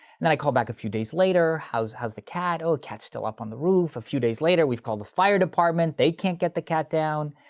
then i call back a few days later, how's, how's the cat? oh, cat's still up on the roof. a few days later we've called the fire department, they can't get the cat down.